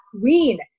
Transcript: queen